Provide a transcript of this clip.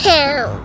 Town